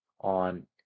on